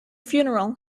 funeral